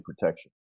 protection